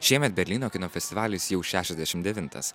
šiemet berlyno kino festivalis jau šešiasdešimt devintas